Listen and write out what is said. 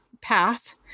path